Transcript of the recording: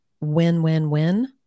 win-win-win